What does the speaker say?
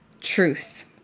Truth